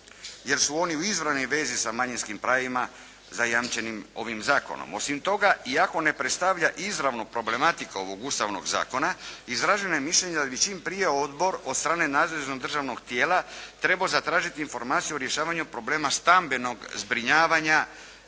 jer su oni u izravnoj vezi sa manjinskim pravima zajamčenim ovim zakonom. Osim toga, iako ne predstavlja izravno problematika ovog Ustavnog zakona izraženo je mišljenje da bi čim prije odbor od strane nadležnog državnog tijela trebao zatražiti informaciju o rješavanju problema stambenog zbrinjavanja